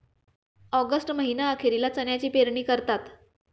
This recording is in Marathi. ऑगस्ट महीना अखेरीला चण्याची पेरणी करतात